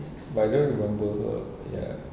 but I don't remember her ya